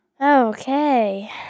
Okay